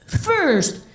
First